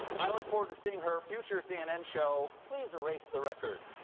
i look forward to seeing her future cnn show, please erase the record.